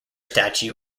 statue